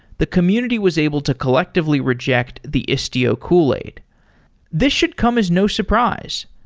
the community was able to collectively reject the istio kool-aid this should come as no surprise.